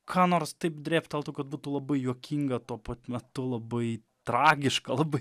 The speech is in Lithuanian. ką nors taip drėbteltų kad būtų labai juokinga tuo pat metu labai tragiška labai